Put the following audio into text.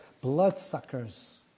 bloodsuckers